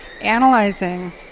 analyzing